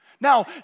Now